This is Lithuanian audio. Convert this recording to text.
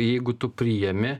jeigu tu priimi